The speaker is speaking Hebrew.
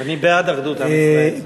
אני בעד אחדות עם ישראל.